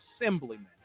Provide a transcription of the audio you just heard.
assemblyman